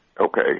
Okay